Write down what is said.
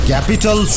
Capital